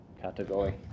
category